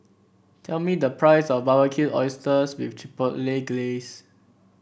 tell me the price of Barbecued Oysters with Chipotle Glaze